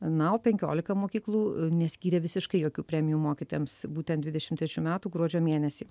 na o penkiolika mokyklų neskyrė visiškai jokių premijų mokytojams būtent dvidešim trečių metų gruodžio mėnesį